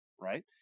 right